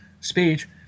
speech